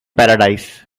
paradise